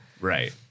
Right